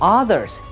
others